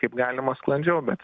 kaip galima sklandžiau bet